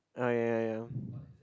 oh ya ya ya